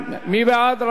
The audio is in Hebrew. מי בעד?